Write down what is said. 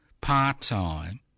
part-time